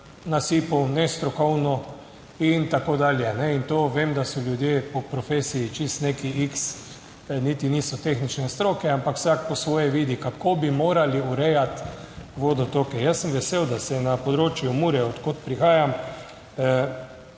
nasipov nestrokovno in tako dalje, in to vem, da so ljudje po profesiji čisto neka x, niti niso tehnične stroke, ampak vsak po svoje vidi kako bi morali urejati vodotoke. Jaz sem vesel, da se je na področju Mure, od kod prihajam,